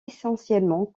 essentiellement